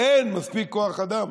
אין מספיק כוח אדם.